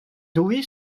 dewey